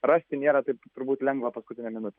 rasti nėra taip turbūt lengva paskutinę minutę